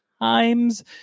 times